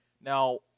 Now